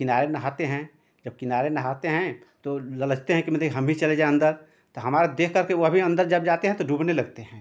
किनारे नहाते हैं जब किनारे नहाते हैं तो ललचते हैं कि हम भी चले जाएँ अन्दर तो हमारा देख करके वह भी अन्दर जब जाते हैं तो डूबने लगते हैं